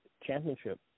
championship